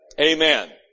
Amen